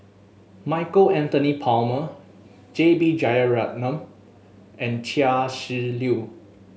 Michael Anthony Palmer J B Jeyaretnam and Chia Shi Lu